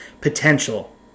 potential